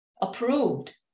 approved